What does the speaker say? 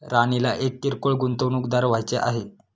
राणीला एक किरकोळ गुंतवणूकदार व्हायचे आहे